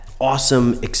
awesome